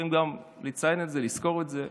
אנחנו צריכים לציין את זה, לזכור את זה.